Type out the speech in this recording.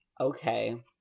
Okay